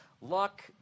Luck